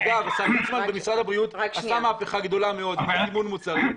אגב השר ליצמן במשרד הבריאות עשה מהפכה גדולה מאוד בסימון מוצרים,